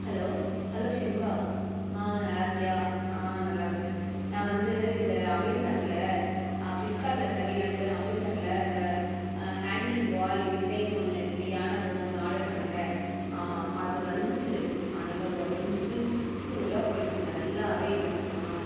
hello hello Shenba ஆ நல்லாயிருக்கியா ஆ நல்லாயிருக்கேன் நான் வந்து இந்த அமேசானில் ஃப்ளிப்கார்ட்டில் சரி இல்லைன்ட்டு அமேசானில் இந்த ஹேங்கிங் வால் டிசைன் ஒன்று யானை பொம்மை ஒன்று ஆடர் பண்ணேனில்ல ஆமாம் அது வந்துச்சு ஆனால் எல்லாம் உடஞ்சி சுக்குநூறாக போயிடுச்சு நல்லாவே இல்லை ஆ